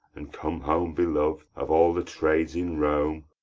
and come home belov'd of all the trades in rome.